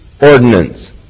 ordinance